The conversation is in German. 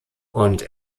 und